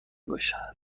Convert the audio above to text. باشد